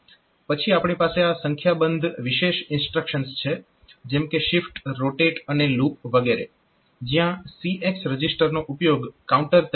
પછી આપણી પાસે સંખ્યાબંધ વિશેષ ઇન્સ્ટ્રક્શન્સ છે જેમ કે SHIFT ROTATE અને LOOP વગેરે જ્યાં CX રજીસ્ટરનો ઉપયોગ કાઉન્ટર તરીકે થાય છે